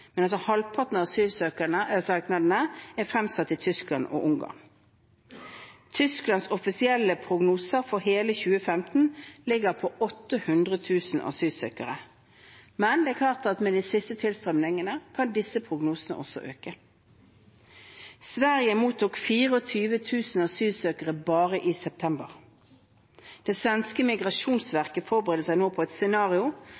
er fremsatt i Tyskland og Ungarn. Tysklands offisielle prognoser for hele 2015 ligger på 800 000 asylsøkere, men det er klart at med de siste tilstrømningene, kan disse prognosene også øke. Sverige mottok 24 000 asylsøkere bare i september, og det svenske Migrationsverket forbereder seg nå på et scenario